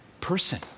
person